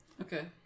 Okay